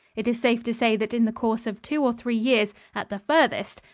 it is safe to say that in the course of two or three years, at the farthest,